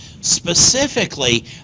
Specifically